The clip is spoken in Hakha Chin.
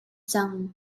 cang